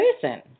person